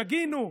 שגינו.